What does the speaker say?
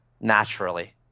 naturally